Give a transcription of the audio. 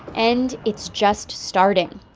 and it's just starting.